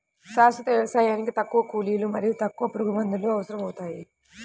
శాశ్వత వ్యవసాయానికి తక్కువ కూలీలు మరియు తక్కువ పురుగుమందులు అవసరమవుతాయి